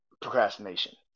procrastination